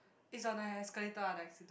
it's on the escalator ah the accident